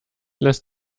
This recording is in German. lässt